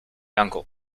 uncle